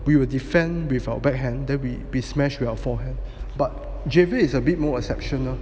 we will defend with our backhand than we be smashed with our forehand but javier it's a bit more exceptional